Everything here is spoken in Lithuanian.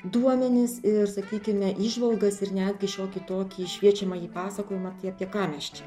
duomenis ir sakykime įžvalgas ir netgi šiokį tokį šviečiamąjį pasakojimą apie ką mes čia